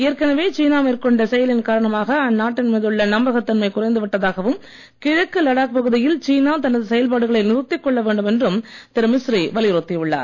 ஏற்கனவே சீனா மேற்கொண்ட செயலின் காரணமாக அந்நாட்டின் மீதுள்ள நம்பகத்தன்மை குறைந்து விட்டதாகவும் கிழக்கு லடாக் பகுதியில் சீனா தனது செயல்பாடுகளை நிறுத்திக் கொள்ள வேண்டும் என்றும் திரு மிஸ்ரி வலியுறுத்தி உள்ளார்